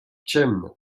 ciemne